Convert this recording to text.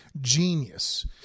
genius